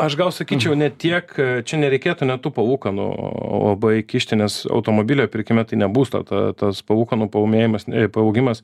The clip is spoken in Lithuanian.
aš gal sakyčiau ne tiek čia nereikėtų net tų palūkanų labai kišti nes automobilio pirkime tai ne būsto ta tas palūkanų paūmėjimas ei paaugimas